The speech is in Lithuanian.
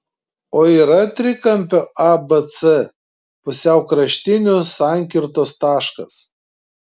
o yra trikampio abc pusiaukraštinių sankirtos taškas